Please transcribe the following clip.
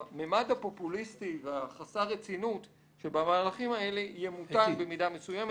הממד הפופוליסטי וחסר הרצינות שבמהלכים האלו ימותן במידה מסוימת